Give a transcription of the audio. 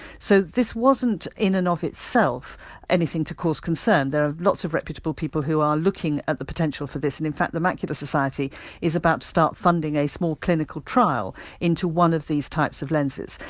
so, this wasn't in and of itself anything to cause concern, there are lots of reputable people who are looking at the potential for this and in fact the macular society is about to start funding a small clinical trial into one of these types of lenses.